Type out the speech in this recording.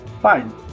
fine